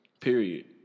Period